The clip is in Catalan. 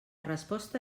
resposta